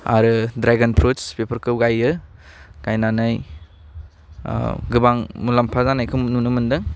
आरो dragon fruits बेफोरखौ गायो गायनानै गोबां मुलाम्फा जानायखौ नुनो मोनदों